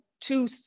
two